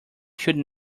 should